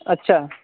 اچھا